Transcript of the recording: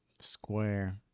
Square